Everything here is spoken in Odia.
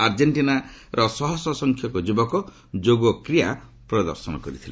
ଆର୍ଜେଣ୍ଟିନାର ଶହଶହ ସଂଖ୍ୟକ ଯୁବକ ଯୋଗକ୍ରିୟା ପ୍ରଦଶର୍ନ କରିଥିଲେ